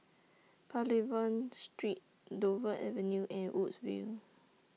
Pavilion Street Dover Avenue and Woodsville